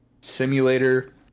simulator